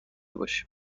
باشیم